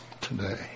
today